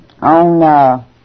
on